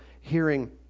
hearing